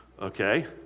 Okay